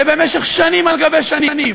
שבמשך שנים על שנים